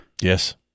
Yes